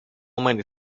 many